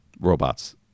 robots